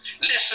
listen